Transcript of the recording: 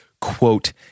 quote